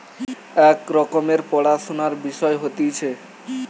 এক রকমের পড়াশুনার বিষয় হতিছে